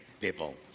people